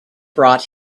brought